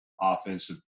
offensive